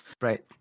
right